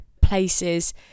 places